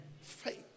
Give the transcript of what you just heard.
faith